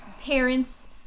parents